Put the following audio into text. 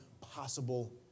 possible